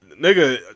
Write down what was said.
Nigga